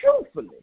truthfully